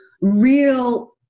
real